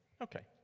okay